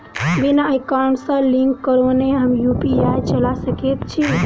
बिना एकाउंट सँ लिंक करौने हम यु.पी.आई चला सकैत छी?